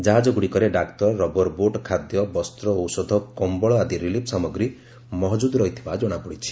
ଜାହାଜଗୁଡ଼ିକରେ ଡାକ୍ତର rubber boat ଖାଦ୍ୟ ବସ୍ତ୍ର ଔଷଧ କମ୍ଘଳ ଆଦି ରିଲିଫ ସାମଗ୍ରୀ ମହଜୁଦ ରହିଥିବା ଜଣାପଡ଼ିଛି